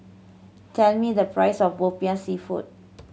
tell me the price of Popiah Seafood